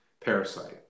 parasite